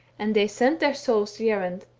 and they sent their souls the errand,